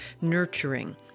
nurturing